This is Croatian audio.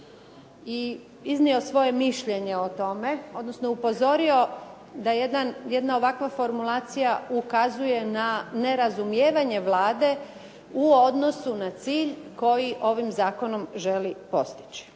i iznio svoje mišljenje o tome, odnosno upozorio da jedna ovakva formulacija ukazuje na nerazumijevanje Vlade u odnosu na cilj koji ovim zakonom želi postići.